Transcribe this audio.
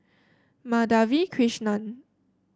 Madhavi Krishnan